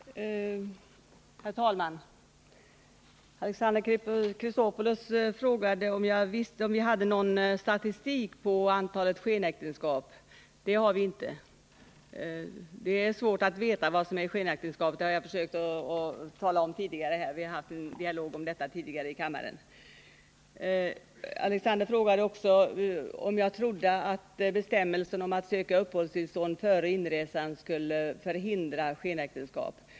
Herr talman! Alexander Chrisopoulos frågade om vi hade någon statistik på antalet skenäktenskap. Det har vi inte. Det är svårt att veta vad som är skenäktenskap och vad som inte är det. Det har jag försökt tala om tidigare; vi har haft en dialog om detta förut i kammaren. Alexander Chrisopoulos frågade också om jag trodde att bestämmelsen om att söka uppehållstillstånd före inresan skulle förhindra skenäktenskap.